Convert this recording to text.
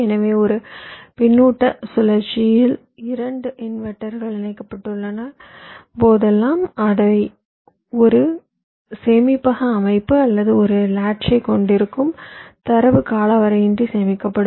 எனவே ஒரு பின்னூட்ட சுழற்சியில் இரண்டு இன்வெர்ட்டர்கள் இணைக்கப்பட்டுள்ள போதெல்லாம் அவை ஒரு சேமிப்பக அமைப்பு அல்லது ஒரு லாட்ச்சை கொண்டிருக்கும் தரவு காலவரையின்றி சேமிக்கப்படும்